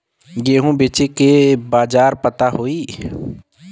गेहूँ बेचे के बाजार पता होई?